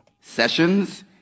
sessions